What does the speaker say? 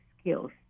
skills